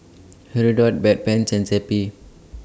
Hirudoid Bedpans and Zappy